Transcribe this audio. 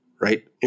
right